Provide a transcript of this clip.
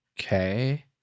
okay